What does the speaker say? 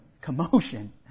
commotion